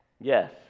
Yes